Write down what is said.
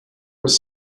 was